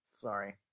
Sorry